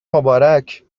مبارک